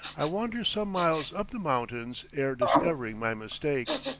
i wander some miles up the mountains ere discovering my mistake.